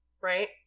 right